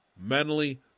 mentally